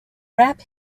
rap